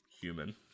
human